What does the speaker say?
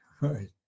right